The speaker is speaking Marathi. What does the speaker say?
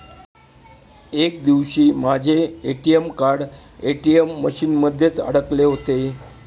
एक दिवशी माझे ए.टी.एम कार्ड ए.टी.एम मशीन मध्येच अडकले होते